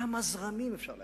כמה זרמים אפשר להקים?